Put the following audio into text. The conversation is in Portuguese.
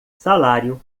salário